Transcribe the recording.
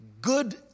good